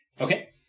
Okay